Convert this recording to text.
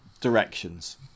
directions